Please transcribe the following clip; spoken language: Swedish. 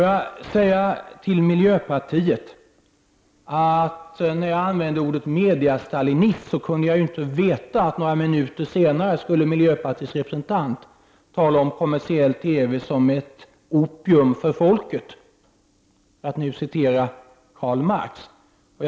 Jag vill till miljöpartiet säga att jag när jag använde uttrycket ”mediestalinist” inte kunde veta att miljöpartiets representant några minuter senare skulle tala om kommersiell TV som ett opium för folket, för att använda Karl Marx ord.